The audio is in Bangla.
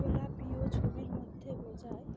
খোলা প্রিয় ছবির মধ্যে বোঝায়